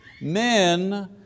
Men